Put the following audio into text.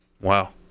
Wow